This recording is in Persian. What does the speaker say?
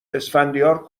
اسفندیار